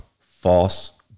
false